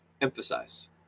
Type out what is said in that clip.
emphasize